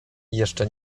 jeszcze